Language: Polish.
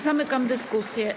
Zamykam dyskusję.